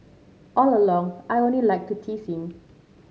all along I only like to tease him